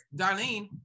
Darlene